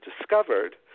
discovered